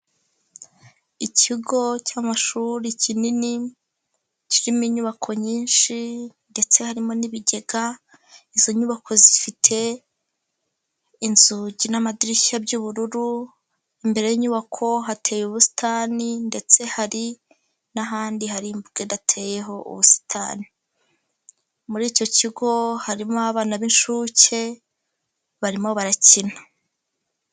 Ikigo cy'amashuri kinini kirimo inyubako nyinshi ndetse harimo n'ibigega, izo nyubako zifite inzugi n'amadirishya by'ubururu, imbere y'inyubako hateye ubusitani ndetse hari n'ahandi hari imbuga idateyeho ubusitani, muri icyo kigo harimo abana b'inshuke barimo barakina.